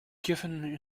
given